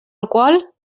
alcohol